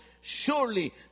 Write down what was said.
surely